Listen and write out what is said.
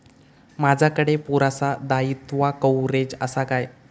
माजाकडे पुरासा दाईत्वा कव्हारेज असा काय?